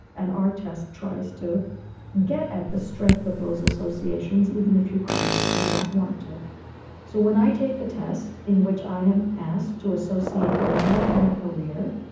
and our test tries to get at the strength of those associations, even if you consciously don't want to so when i take the test, in which i am asked to associate male and career,